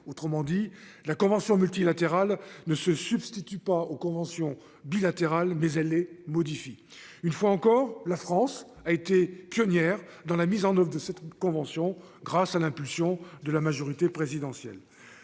autrement dit la convention multilatérale ne se substitue pas aux conventions bilatérales mais elle les modifie une fois encore la France a été pionnière dans la mise en oeuvre de cette convention grâce à l'impulsion de la majorité présidentielle.